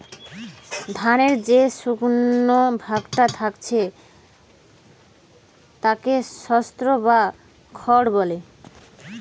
ধানের যে শুকনো ভাগটা থিকে যাচ্ছে তাকে স্ত্রও বা খড় বলে